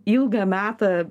ilgą metą